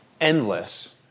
endless